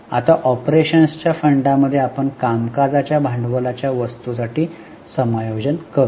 आता ऑपरेशन्सच्या फंडांमध्ये आपण कामकाजाच्या भांडवलाच्या वस्तूसाठी समायोजन करू